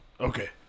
Okay